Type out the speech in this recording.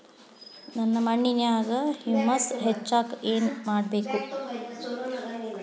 ನನ್ನ ಮಣ್ಣಿನ್ಯಾಗ್ ಹುಮ್ಯೂಸ್ ಹೆಚ್ಚಾಕ್ ನಾನ್ ಏನು ಮಾಡ್ಬೇಕ್?